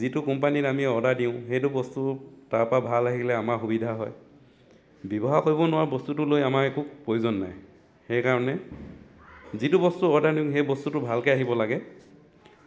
যিটো কোম্পানীত আমি অৰ্ডাৰ দিওঁ সেইটো বস্তু তাৰ পৰা ভাল আহিলে আমাৰ সুবিধা হয় ব্যৱহাৰ কৰিব নোৱাৰা বস্তুটো লৈ আমাৰ একো প্ৰয়োজন নাই সেইকাৰণে যিটো বস্তু অৰ্ডাৰ দিওঁ সেই বস্তুটো ভালকৈ আহিব লাগে